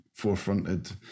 forefronted